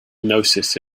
noticed